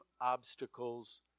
obstacles